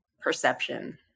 Perception